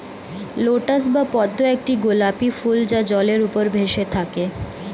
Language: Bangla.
লোটাস বা পদ্ম একটি গোলাপী ফুল যা জলের উপর ভেসে থাকে